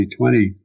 2020